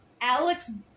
Alex